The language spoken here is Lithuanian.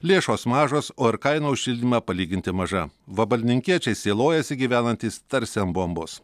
lėšos mažos o ir kaina už šildymą palyginti maža vabalninkiečiai sielojasi gyvenantys tarsi ant bombos